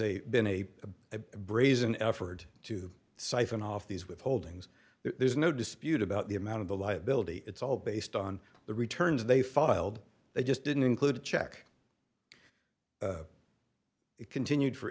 a been a brazen effort to siphon off these withholdings there's no dispute about the amount of the liability it's all based on the returns they filed they just didn't include a check it continued for